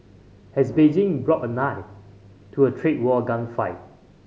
has Beijing brought a knife to a trade war gunfight